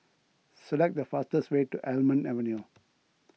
select the fastest way to Almond Avenue